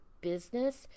business